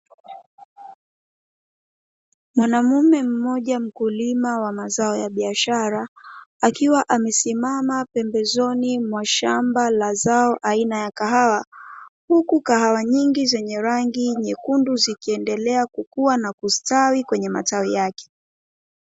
Mwanamume mmoja mkulima wa mazao ya biashara, akiwa amesimama pembezoni mwa shamba la zao aina ya kahawa, huku kahawa nyingi zenye rangi nyekundu zikiendelea kukua na kustawi kwenye matawi yake.